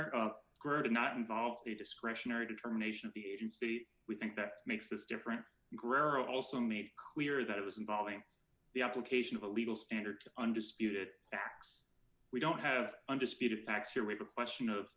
girded not involved the discretionary determination of the agency we think that makes this different grammar also made it clear that it was involving the application of a legal standard to undisputed facts we don't have undisputed facts here we have a question of